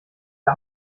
der